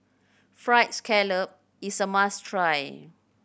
Fried Scallop is a must try